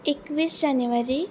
एकवीस जानेवारी